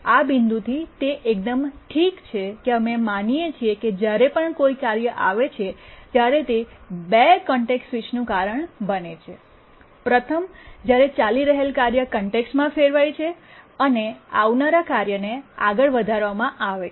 તેથી આ બિંદુથી તે એકદમ ઠીક છે કે અમે માનીએ છીએ કે જ્યારે પણ કોઈ કાર્ય આવે છે ત્યારે તે ૨ કોન્ટેક્સ્ટ સ્વિચનું કારણ બને છે પ્રથમ જ્યારે ચાલી રહેલ કાર્ય કોન્ટેક્સ્ટમાં ફેરવાય છે અને આવનારા કાર્યને આગળ વધારવામાં આવે છે